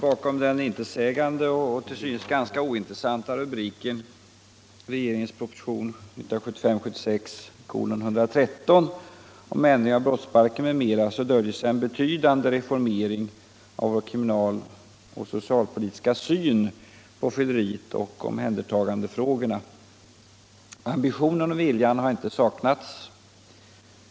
Ambitionen och viljan har inte saknats.